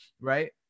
right